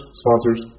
sponsors